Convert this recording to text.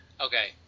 Okay